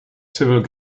civil